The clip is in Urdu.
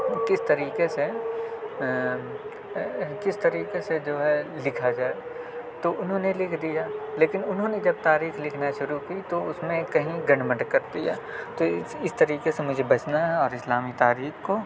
کس طریقے سے کس طریقے سے جو ہے لکھا جائے تو انہوں نے لکھ دیا لیکن انہوں نے جب تاریخ لکھنا شروع کی تو اس میں کہیں گڈبڈ کر دیا تو اس اس طریقے سے مجھے بچنا ہے اور اسلامی تاریخ کو